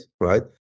right